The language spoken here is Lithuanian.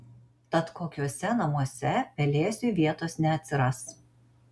tad kokiuose namuose pelėsiui vietos neatsiras